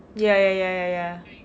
ya ya ya ya ya